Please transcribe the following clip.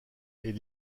est